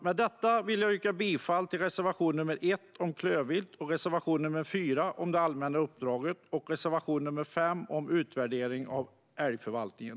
Med detta vill jag yrka bifall till reservation nr 1 om klövvilt, reservation nr 4 om det allmänna uppdraget och reservation nr 5 om utvärdering av älgförvaltningen.